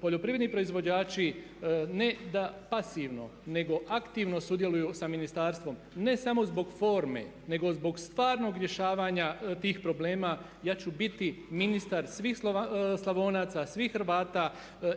Poljoprivredni proizvođači ne da pasivno nego aktivno sudjeluje sa ministarstvom ne samo zbog forme nego zbog stvarnog rješavanja tih problema ja ću biti ministar svih Slavonaca, svih Hrvata